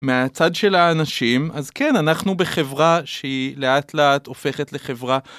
מהצד של האנשים אז כן אנחנו בחברה שהיא לאט לאט הופכת לחברה.